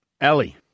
Ellie